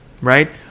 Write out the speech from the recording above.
right